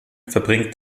verbringt